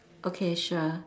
okay sure